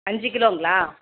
அஞ்சு கிலோங்களா